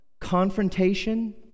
confrontation